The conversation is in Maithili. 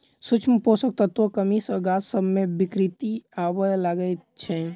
सूक्ष्म पोषक तत्वक कमी सॅ गाछ सभ मे विकृति आबय लागैत छै